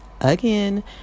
again